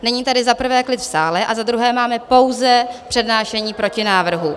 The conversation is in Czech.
Není tady za prvé klid v sále a za druhé máme pouze přednášení protinávrhu.